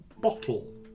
bottle